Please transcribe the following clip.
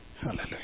hallelujah